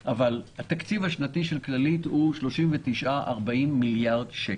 התקציב השנתי של כללית הוא 39 עד 40 מיליארד שקל,